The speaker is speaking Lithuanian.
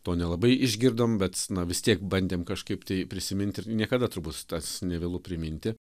to nelabai išgirdom bet na vis tiek bandėm kažkaip tai prisiminti ir niekada turbūt tas nevėlu priminti